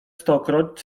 stokroć